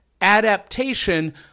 adaptation